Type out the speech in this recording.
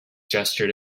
gesture